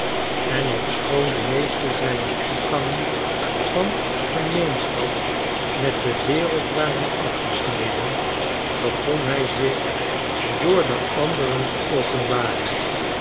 en ofschoon demeeste zijner toegangen van gemeenschapmetde wereld waren afgesneden begon hij zich door de anderen te openbaren